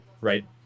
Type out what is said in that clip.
right